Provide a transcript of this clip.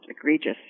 egregious